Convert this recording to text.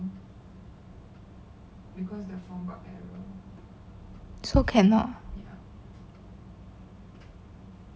so cannot